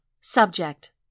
Subject